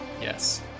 Yes